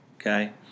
okay